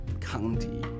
county